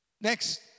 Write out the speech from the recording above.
Next